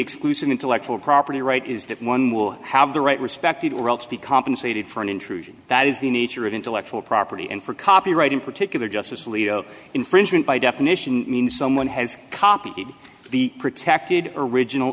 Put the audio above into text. exclusive intellectual property right is that one will have the right respected role to be compensated for an intrusion that is the nature of intellectual property and for copyright in particular justice alito infringement by definition means someone has copied the protected original